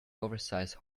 oversize